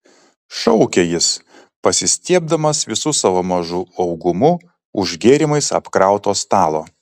šaukė jis pasistiebdamas visu savo mažu augumu už gėrimais apkrauto stalo